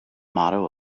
motto